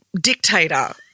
dictator